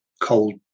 cold